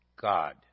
God